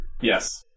yes